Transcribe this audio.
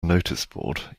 noticeboard